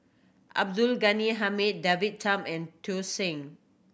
Abdul Ghani Hamid David Tham and Tsung